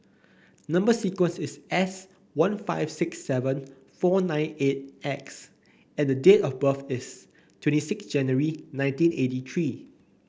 number sequence is S one five six seven four nine eight X and date of birth is twenty six January nineteen eighty three